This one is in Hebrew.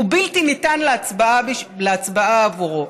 הוא בלתי ניתן להצבעה עבורו,